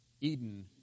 Eden